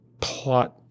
plot